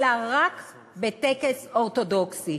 אלא רק בטקס אורתודוקסי.